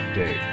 day